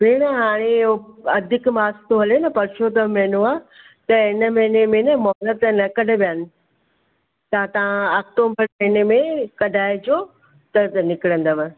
भेण हाणे इहो अधीक मास थो हले न पुरुषोतम महिनो आहे त इन महिने में न महुरत न कढंदा आहिनि त तव्हां अक्टूबर महिने में कढाइजो त त निकिरंदव